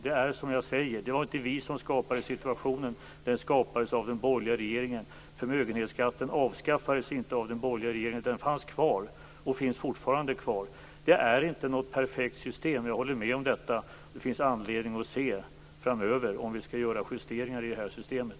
Det var inte vi som skapade den här situationen, utan den skapades av den borgerliga regeringen. Förmögenhetsskatten avskaffades inte av den borgerliga regeringen. Den fanns kvar, och den finns fortfarande kvar. Jag håller med om att vi inte har något perfekt system. Det finns anledning att framöver se efter om vi skall göra justeringar i det rådande systemet.